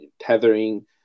tethering